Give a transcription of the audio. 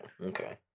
Okay